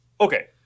okay